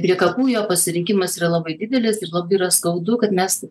prie kapų jo pasirinkimas yra labai didelis ir labai yra skaudu kad mes